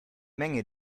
menge